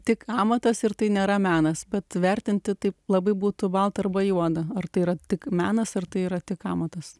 tik amatas ir tai nėra menas bet vertinti tai labai būtų balta arba juoda ar tai yra tik menas ar tai yra tik amatas